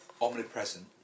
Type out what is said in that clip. omnipresent